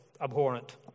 abhorrent